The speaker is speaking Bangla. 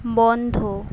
বন্ধ